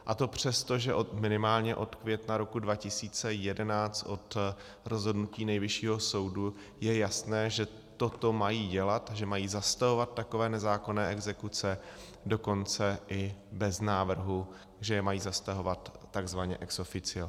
A to přesto, že minimálně od května roku 2011, od rozhodnutí Nejvyššího soudu, je jasné, že toto mají dělat, že mají zastavovat takové nezákonné exekuce, dokonce i bez návrhu, že je mají zastavovat takzvaně ex officio.